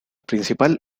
principal